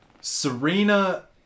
Serena